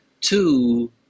Two